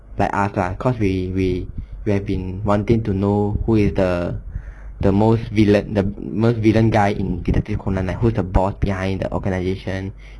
like us lah cause we we we've been wanting to know who is the most vi~ vi~ villain guy in detective conan who is the boss behind the organisation